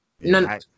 No